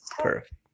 perfect